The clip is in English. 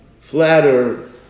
flatter